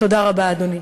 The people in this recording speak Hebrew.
תודה רבה, אדוני.